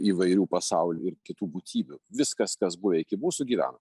įvairių pasaulių ir kitų būtybių viskas kas buvę iki mūsų gyvena